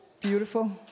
beautiful